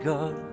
God